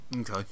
okay